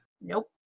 Nope